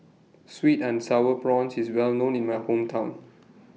Sweet and Sour Prawns IS Well known in My Hometown